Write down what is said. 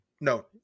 no